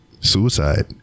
suicide